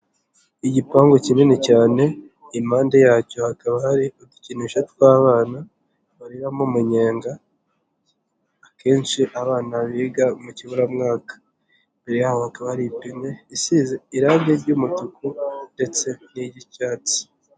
Igipangu kinini cyane impande yacyo hakaba hari udukinisho tw'abana, bariramo umunyenga akenshi abana biga mu kiburamwaka, imbere yabo hakaba bari ipine isize irangi ry'umutuku ndetse n'iry'icyatsi.